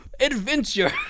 adventure